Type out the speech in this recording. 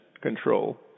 control